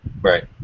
Right